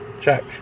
check